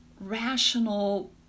rational